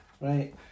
right